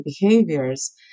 behaviors